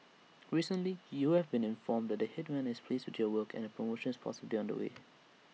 recently you've been informed that the Headman is pleased with your work and A promotion is possibly on the way